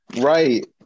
Right